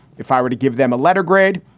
if i were to give them a letter grade,